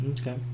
Okay